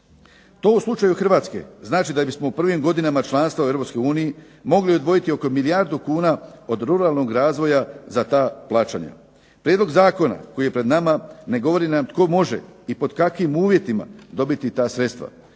To u slučaju Hrvatske znači da bismo u prvim godinama članstva u Europskoj uniji mogli odvojiti oko milijardu kuna od ruralnog razvoja za ta plaćanja. Prijedlog zakona koji je pred nama ne govori nam tko može i pod kakvim uvjetima dobiti ta sredstva.